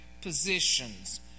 positions